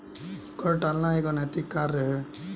कर टालना एक अनैतिक कार्य है